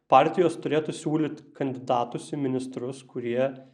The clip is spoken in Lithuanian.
partijos turėtų siūlyti kandidatus į ministrus kurie